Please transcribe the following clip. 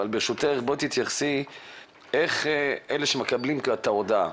אבל ברשותך בואי תתייחסי איך אלה שמקבלים את ההודעה.